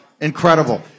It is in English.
Incredible